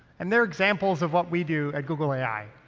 and they're examples of what we do at google ai.